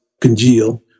congeal